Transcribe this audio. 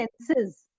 senses